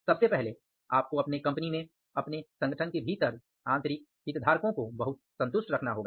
सबसे पहले आपको अपने कंपनी में अपने संगठन के भीतर आंतरिक हितधारकों को बहुत संतुष्ट रखना होगा